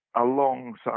alongside